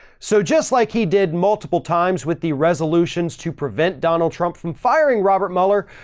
so just like he did multiple times with the resolutions to prevent donald trump from firing robert mueller,